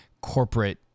corporate